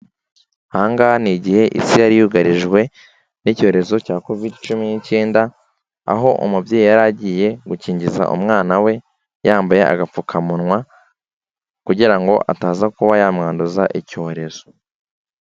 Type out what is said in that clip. Aha ngaha ni igihe isi yari yugarijwe n'icyorezo cya Kovid cumi n'icyenda, aho umubyeyi yari agiye gukingiza umwana we, yambaye agapfukamunwa kugira ngo ataza kuba yamwanduza icyorezo.